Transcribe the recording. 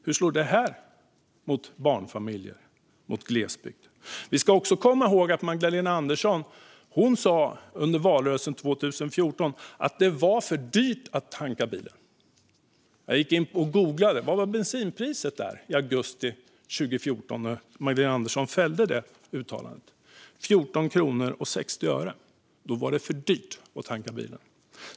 Hur slår det mot barnfamiljer och mot glesbygden? Vi ska också komma ihåg att Magdalena Andersson under valrörelsen 2014 sa att det var för dyrt att tanka bilen. Jag gick in och googlade vad bensinpriset var i augusti 2014 när Magdalena Andersson fällde det uttalandet. Priset var 14 kronor och 60 öre, och då var det för dyrt att tanka bilen.